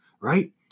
right